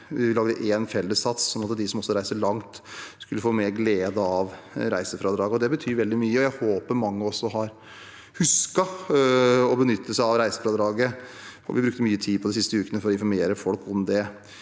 Vi lagde en felles sats, sånn at også de som reiser langt, skulle få mer glede av reisefradraget. Det betyr veldig mye. Jeg håper mange har husket å benytte seg av reisefradraget. Vi har brukt mye tid de siste ukene på å informere folk om det.